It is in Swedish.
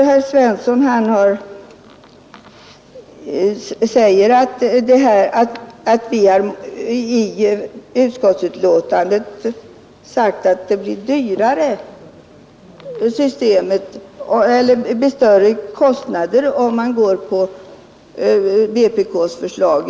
Herr Svensson i Malmö säger att vi i utskottsbetänkandet hävdat att det blir större kostnader om man bifaller vpk:s förslag.